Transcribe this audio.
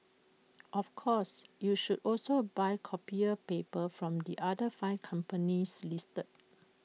of course you should also buy copier paper from the other five companies listed